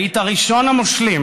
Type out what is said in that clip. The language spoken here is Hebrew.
היית ראשון המושלים